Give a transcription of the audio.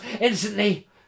instantly